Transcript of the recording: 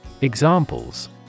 Examples